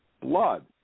blood